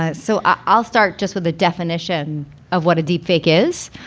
ah so i'll start just with a definition of what a deep fake is.